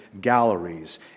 galleries